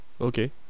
Okay